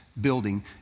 building